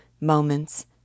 moments